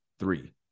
Three